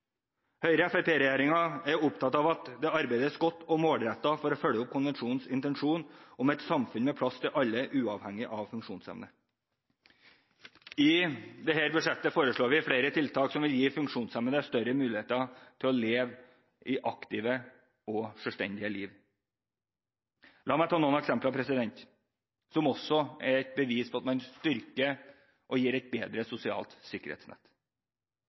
er opptatt av at det arbeides godt og målrettet for å følge opp konvensjonens intensjon om et samfunn med plass til alle, uavhengig av funksjonsevne. I dette budsjettet foreslår vi flere tiltak som vil gi funksjonshemmede større muligheter til å leve et aktivt og selvstendig liv. La meg ta noen eksempler, som også er et bevis på at man gir et bedre sosialt sikkerhetsnett: